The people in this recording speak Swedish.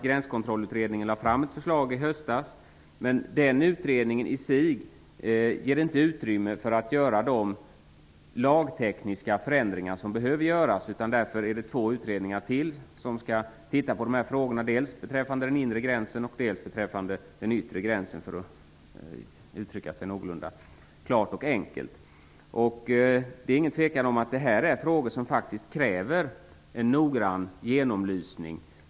Gränskontrollutredningen lade fram ett förslag i höstas, men den utredningen i sig ger inte utrymme för att göra de lagtekniska förändringar som behöver göras, utan därför skall två utredningar till titta på frågorna, dels beträffande den inre gränsen, dels beträffande den yttre gränsen, för att uttrycka det någorlunda klart och enkelt. Det är ingen tvekan om att det är frågor som kräver en noggrann genomlysning.